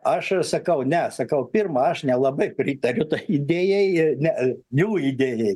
aš sakau ne sakau pirma aš nelabai pritariu tai idėja ne jų idėjai